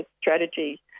strategy